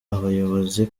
abayobozi